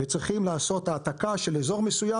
וצריכים לעשות העתקה של אזור מסוים